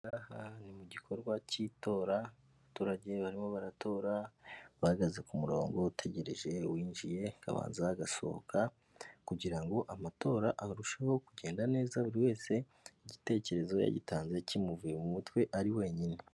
Ahangaha ni mu gikorwa cy'itora, abaturage barimo baratora bahagaze ku murongo utegereje uwinjiye akabanza agasohoka, kugira ngo amatora arusheho kugenda neza buri wese igitekerezo yagitanze kimuvuye mu mutwe ari wenyine.